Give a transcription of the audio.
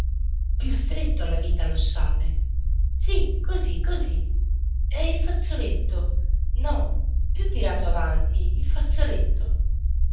più stretto alla vita lo scialle sì così così e il fazzoletto no più tirato avanti il fazzoletto